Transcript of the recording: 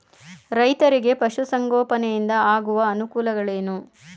ರೈತರಿಗೆ ಪಶು ಸಂಗೋಪನೆಯಿಂದ ಆಗುವ ಅನುಕೂಲಗಳೇನು?